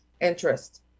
interest